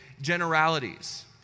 generalities